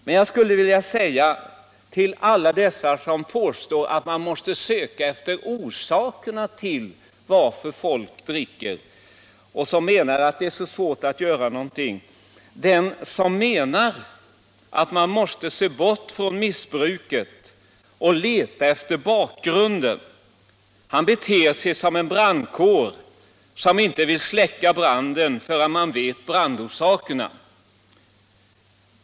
Men jag skulle vilja säga till alla dem som har den uppfattningen och som påstår att man måste söka efter orsakerna till varför folk dricker, att om man anser att vi måste bortse från missbruket och i stället leta efter bakgrunden, så blir det samma sak som om en brandkår inte vill släcka en brand förrän man känner till brandorsakerna.